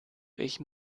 ich